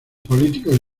políticos